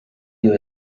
you